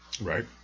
Right